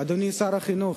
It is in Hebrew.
אדוני שר החינוך,